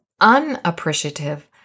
unappreciative